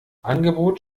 angebot